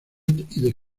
the